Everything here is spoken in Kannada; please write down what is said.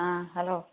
ಹಾಂ ಹಲೋ